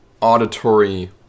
auditory